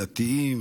דתיים,